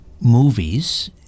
movies